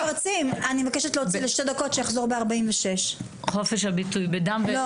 אני מבקשת להוציא לשתי דקות את יוסף חדאד.